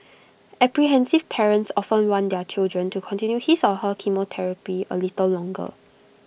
apprehensive parents often want their child to continue his or her chemotherapy A little longer